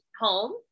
home